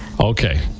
Okay